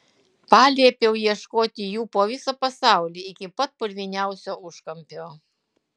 paliepiau ieškoti jų po visą pasaulį iki pat purviniausio užkampio